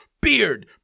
Beard